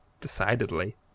decidedly